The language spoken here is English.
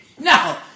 no